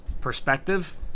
perspective